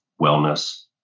wellness